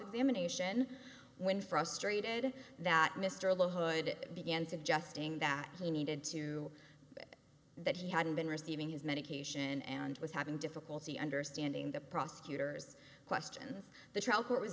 examination when frustrated that mr low hood began suggesting that he needed to that he hadn't been receiving his medication and was having difficulty understanding the prosecutor's question the